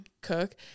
cook